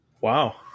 Wow